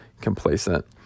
complacent